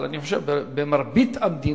אבל אני חושב שבמרבית המדינות